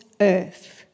earth